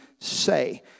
say